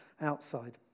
outside